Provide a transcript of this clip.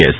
S